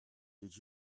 did